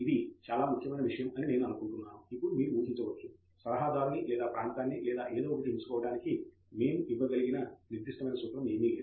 తంగిరాల ఇది చాలా ముఖ్యమైన విషయం అని నేను అనుకుంటున్నాను ఇప్పుడు మీరు ఊహించవచ్చు సలహాదారుని లేదా ప్రాంతాన్ని లేదా ఏదో ఒకదానిని ఎంచుకోవటానికి మేము ఇవ్వగల నిర్దిష్టమైన సూత్రం ఏమీ లేదు